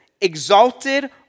exalted